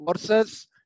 versus